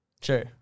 Sure